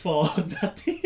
for nothing